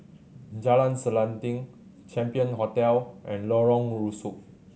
Jalan Selanting Champion Hotel and Lorong Rusuk